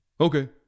Okay